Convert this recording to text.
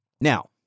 Now